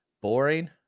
boring